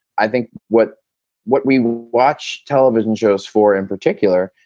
i think what what we watch television shows for in particular,